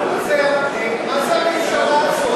מה זה הממשלה הזאת?